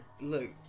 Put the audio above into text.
Look